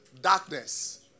darkness